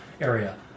area